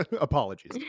Apologies